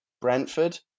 Brentford